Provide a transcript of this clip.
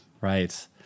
Right